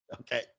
Okay